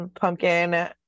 pumpkin